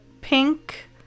pink